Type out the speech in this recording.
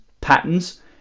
patterns